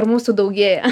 ar mūsų daugėja